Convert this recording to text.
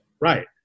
Right